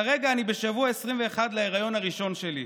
כרגע אני בשבוע ה-21 להיריון הראשון שלי.